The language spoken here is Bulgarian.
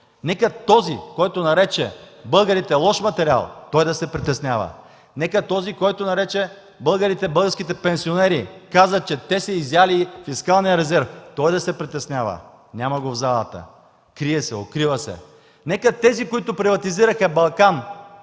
Нека този, който нарече българите „лош материал”, да се притеснява. Нека този, който каза, че българските пенсионери са изяли фискалния резерв, да се притеснява. Няма го в залата! Крие се, укрива се! Нека тези, които приватизираха БГА